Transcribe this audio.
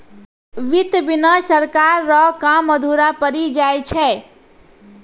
वित्त बिना सरकार रो काम अधुरा पड़ी जाय छै